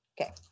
Okay